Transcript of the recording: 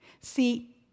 See